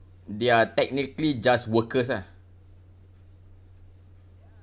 they are technically just workers ah